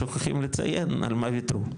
שוכחים לציין על מה וויתרו,